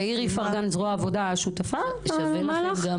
תאיר איפרגן, זרוע העבודה, שותפה במהלך?